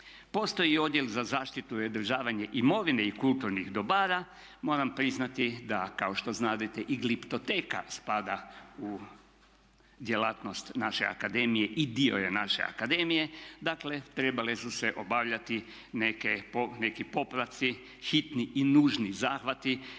Postoji i odjel za zaštitu i održavanje imovine i kulturnih dobara, moram priznati da kao što znadete i Gliptoteka spada u djelatnost naše akademije i dio je naše akademije, dakle trebale su se obavljati neki popravci, hitni i nužni zahvati